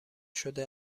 شده